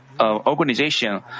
organization